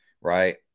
Right